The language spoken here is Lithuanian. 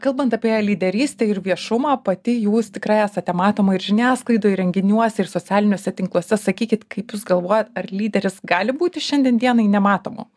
kalbant apie lyderystę ir viešumą pati jūs tikrai esate matoma ir žiniasklaidoj renginiuose ir socialiniuose tinkluose sakykit kaip jūs galvojat ar lyderis gali būti šiandien dienai nematomu